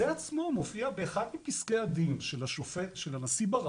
זה עצמו מופיע באחד מפסקי הדין של הנשיא ברק,